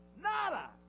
nada